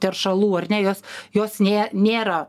teršalų ar ne jos jos nė nėra